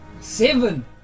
Seven